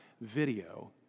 video